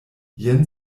jen